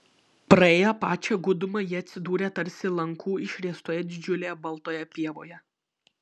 praėję pačią gūdumą jie atsidūrė tarsi lanku išriestoje didžiulėje baltoje pievoje